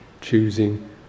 choosing